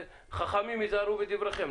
חכמים היזהרו בדבריכם.